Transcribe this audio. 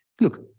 look